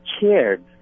cared